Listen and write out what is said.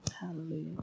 Hallelujah